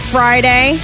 Friday